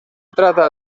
trata